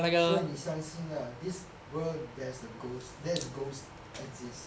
所以你相信 lah this world there's a ghost there's ghost exist